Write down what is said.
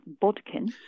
Bodkin